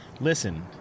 listen